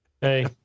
Hey